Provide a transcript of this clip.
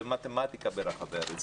למתמטיקה ברחבי הארץ,